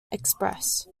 express